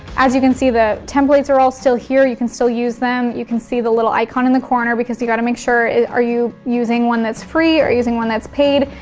as you can see the templates are all still here, you can still use them. you can see the little icon in the corner because you gotta make sure are you using one that's free, are you using one that's paid?